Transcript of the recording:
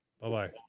Bye-bye